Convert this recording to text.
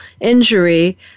injury